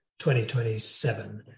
2027